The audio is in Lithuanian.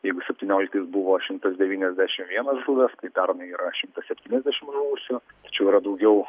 jeigu septynioliktais buvo šimtas devyniasdešim vienas žuvęs tai pernai yra šimtas septyniasdešim žuvusių tačiau yra daugiau